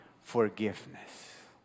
forgiveness